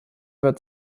wird